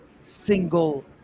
single